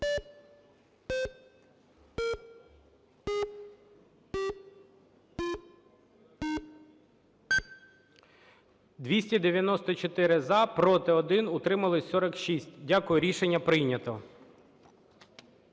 294 – за, проти – 1, утрималися – 46. Дякую. Рішення прийнято.